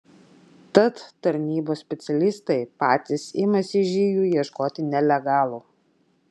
tad tarnybos specialistai patys imasi žygių ieškoti nelegalų